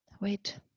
wait